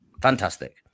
fantastic